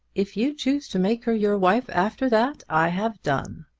if you choose to make her your wife after that, i have done.